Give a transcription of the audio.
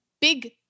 Big